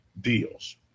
deals